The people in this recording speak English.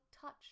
touch